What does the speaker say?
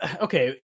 Okay